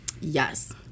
Yes